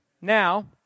Now